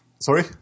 Sorry